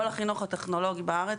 כל החינוך הטכנולוגי בארץ,